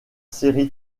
série